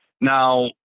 Now